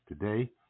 today